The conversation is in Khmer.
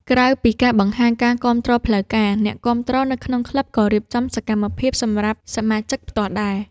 ក្រៅពីការបង្ហាញការគាំទ្រផ្លូវការ អ្នកគាំទ្រនៅក្នុងក្លឹបក៏រៀបចំសកម្មភាពសម្រាប់សមាជិកផ្ទាល់ដែរ។